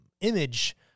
image